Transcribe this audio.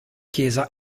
chiesa